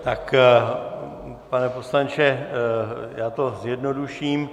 Tak pane poslanče, já to zjednoduším.